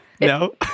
No